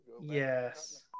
Yes